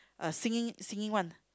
a singing singing one